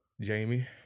Jamie